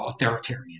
authoritarian